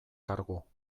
kargu